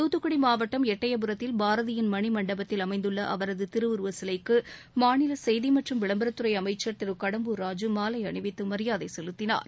தூத்துக்குடி மாவட்டம் எட்டயபுரத்தில் பாரதியின் மணிமண்டபத்தில் அமைந்துள்ள அவரது திருவுருவ சிலைக்கு மாநில செய்தி மற்றும் விளம்பரத்துறை அமைச்சர் திரு கடம்பூர் ராஜூ மாலை அணிவித்து மரியாதை செலுத்தினார்